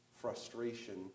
frustration